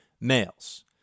males